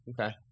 Okay